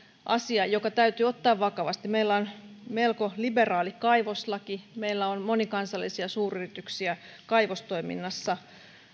asia joka täytyy ottaa vakavasti meillä on melko liberaali kaivoslaki meillä on monikansallisia suuryrityksiä kaivostoiminnassa